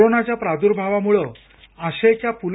कोरोनाच्या प्रादुर्भावामुळं आशयच्या पु ल